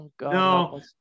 No